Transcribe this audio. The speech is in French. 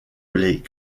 les